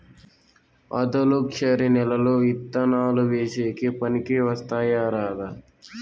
ఆధులుక్షరి నేలలు విత్తనాలు వేసేకి పనికి వస్తాయా రాదా?